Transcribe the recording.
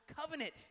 covenant